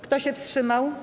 Kto się wstrzymał?